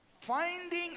finding